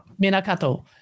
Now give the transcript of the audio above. Minakato